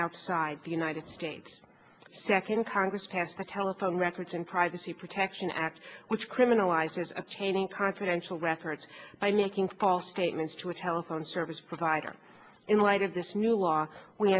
outside the united states second congress passed the telephone records and privacy protection act which criminalizes obtaining confidential records by making false statements to a telephone service provider in light of this new law we